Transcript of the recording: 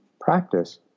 practice